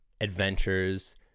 adventures